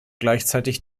gleichzeitig